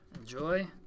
Enjoy